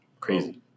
Crazy